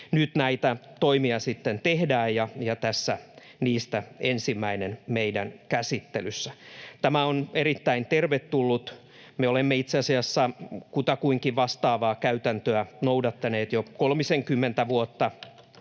Nyt näitä toimia sitten tehdään, ja tässä on niistä ensimmäinen meidän käsittelyssä. Tämä on erittäin tervetullut. Me olemme itse asiassa kutakuinkin vastaavaa käytäntöä noudattaneet jo